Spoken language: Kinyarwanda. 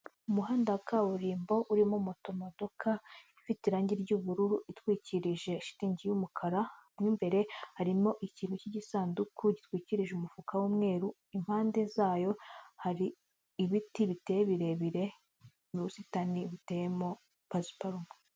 Umuhanda wa kaburimbo urimo moto modoka ifite irange ry'ubururu itwikirije shitingi y'umukara, mu imbere harimo ikintu cy'igisanduku gitwikirije umufuka w'umweru, impande zayo hari ibiti biteye birebire n'ubusitani buteyemo pasiparumu.